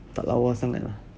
tak lawa sangat lah